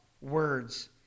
words